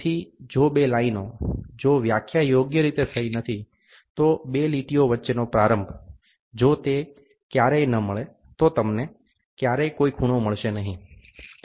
તેથી જો બે લાઇનો જો વ્યાખ્યા યોગ્ય રીતે થતી નથી તો બે લીટીઓ વચ્ચેનો પ્રારંભ જો તે ક્યારેય ન મળે તો તમને ક્યારેય કોઈ ખૂણો મળશે નહીં